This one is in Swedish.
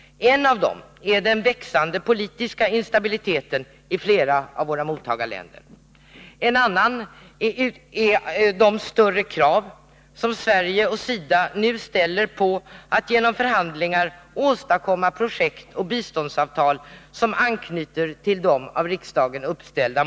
En av dessa är den växande instabiliteten i flera av våra mottagarländer. En annan är de större krav som Sverige och SIDA nu ställer på att genom förhandlingar åstadkomma projekt och biståndsavtal som anknyter till de av riksdagen uppsatta målen.